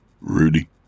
Rudy